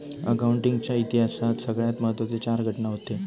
accounting च्या इतिहासात सगळ्यात महत्त्वाचे चार घटना हूते